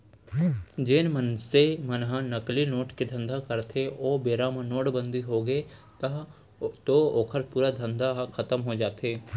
जेन मनसे मन ह नकली नोट के धंधा करथे ओ बेरा म नोटबंदी होगे तब तो ओखर पूरा धंधा ह खतम हो जाथे